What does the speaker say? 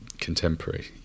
contemporary